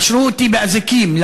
קשרו אותי באזיקים,